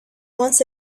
once